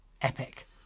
Epic